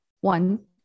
one